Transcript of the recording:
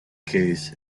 case